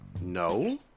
No